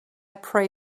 pray